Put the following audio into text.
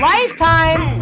Lifetime